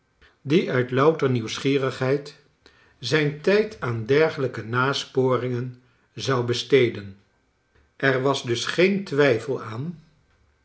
die uit louter nieuwsgierigheid zijn tijd aan dergelijke nasporingen zou besteden er was dus geen twijfel aan